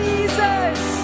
Jesus